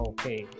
Okay